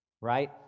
right